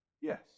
yes